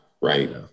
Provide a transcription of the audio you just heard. Right